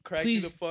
Please